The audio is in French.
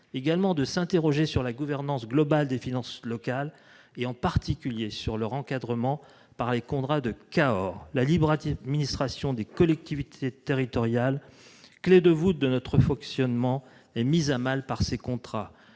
également de s'interroger sur la gouvernance globale des finances locales, en particulier sur leur encadrement par les contrats de Cahors. La libre administration des collectivités territoriales, clef de voûte de notre fonctionnement, est mise à mal par ces contrats.